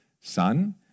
son